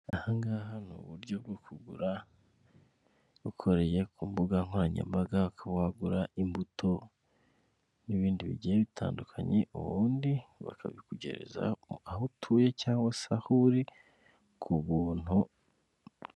Aha ngaha ni uburyo bwo kugura ukoreye ku mbuga nkoranyambaga ukaba wagura imbuto n'ibindi bigiye bitandukanye, ubundi bakabikugereza aho utuye cyangwa se aho uri ku buntu.